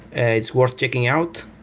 and it's worth checking out.